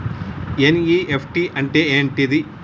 NEFT అంటే ఏంటిది?